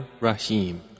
rahim